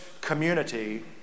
community